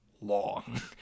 long